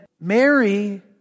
Mary